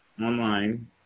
online